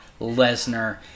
Lesnar